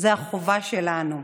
זו החובה שלנו.